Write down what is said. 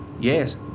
Yes